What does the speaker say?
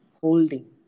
holding